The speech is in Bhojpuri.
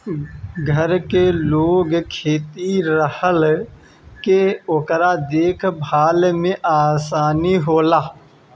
घर के लगे खेत रहला से ओकर देख भाल में आसानी होला